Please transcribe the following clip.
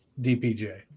DPJ